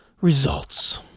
results